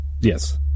yes